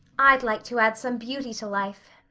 i'd like to add some beauty to life,